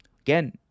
again